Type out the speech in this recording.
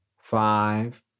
five